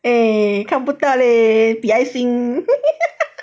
eh 看不到 leh 比爱心